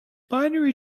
binary